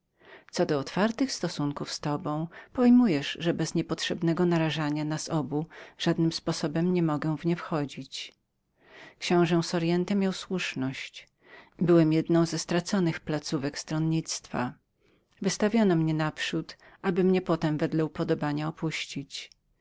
co do otwartych związków z tobą pojmujesz że bez niepotrzebnego narażenia nas obu żadnym sposobem nie mogę w nie wchodzić książe soriente miał słuszność byłem jedną ze straconych placówek stronnictwa wystawiono mnie naprzód aby mnie potem wedle upodobania opuścić